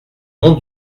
mon